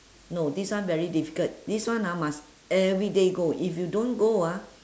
no this one very difficult this one ah must everyday go if you don't go ah